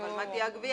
אז מה תהיה הגבייה?